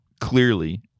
clearly